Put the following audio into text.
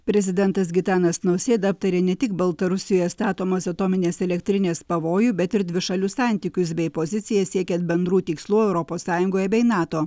prezidentas gitanas nausėda aptarė ne tik baltarusijoje statomos atominės elektrinės pavojų bet ir dvišalius santykius bei poziciją siekiant bendrų tikslų europos sąjungoje bei nato